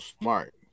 smart